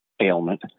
ailment